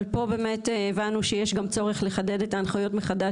אבל פה באמת הבנו שיש גם צורך לחדד את ההנחיות מחדש